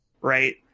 right